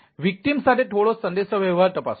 victim સાથે થોડો સંદેશાવ્યવહાર તપાસો